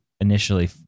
initially